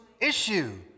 issue